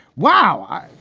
wow.